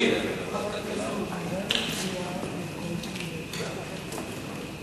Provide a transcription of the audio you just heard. את הצעת חוק התקשורת (בזק ושידורים) (תיקון מס' 44)